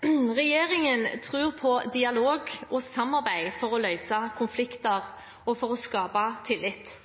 Regjeringen tror på dialog og samarbeid for å løse konflikter og for å skape tillit